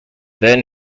then